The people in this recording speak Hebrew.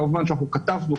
כמובן שאנחנו כתבנו,